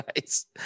Nice